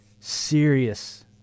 serious